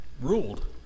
Ruled